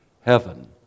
heaven